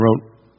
wrote